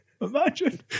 Imagine